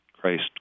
Christ